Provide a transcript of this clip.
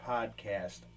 Podcast